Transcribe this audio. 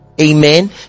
amen